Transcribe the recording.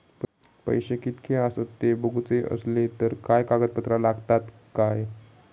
पैशे कीतके आसत ते बघुचे असले तर काय कागद पत्रा लागतात काय?